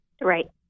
Right